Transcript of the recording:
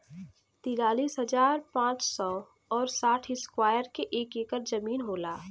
तिरालिस हजार पांच सौ और साठ इस्क्वायर के एक ऐकर जमीन होला